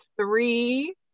three